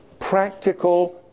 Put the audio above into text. practical